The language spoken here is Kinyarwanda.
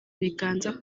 biganza